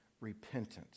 repentance